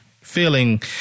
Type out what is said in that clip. feeling